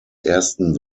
ersten